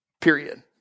period